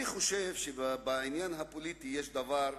אני חושב שבעניין הפוליטי יש דבר,